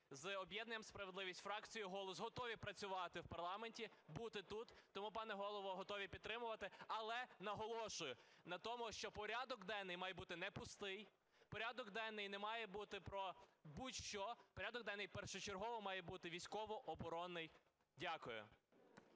з об'єднанням "Справедливість", фракцією "Голос" готові працювати в парламенті, бути тут. Тому, пане Голово, готові підтримувати. Але наголошую на тому, що порядок денний має бути не пустий. Порядок денний не має бути про будь-що, порядок денний першочергово має бути військово-оборонний. Дякую.